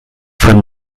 from